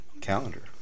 calendar